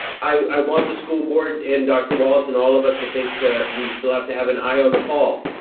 i want the school board and dr. walts and all of us to think to, we still have to have an eye on the fall.